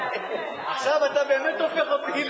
עכשיו אתה באמת הופך אותי,